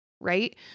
Right